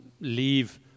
leave